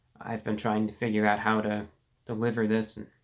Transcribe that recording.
i've been trying to figure out how to deliver this